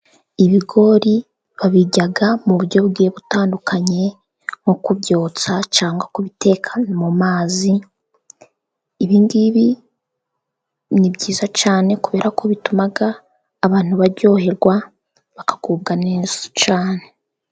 Ibigori babirya mu buryo bugiye butandukanye nko kubyotsa cyangwa kubiteka mu mazi, ibingibi ni byiza cyane kubera ko bituma abantu baryoherwa bakagubwa neza cyane.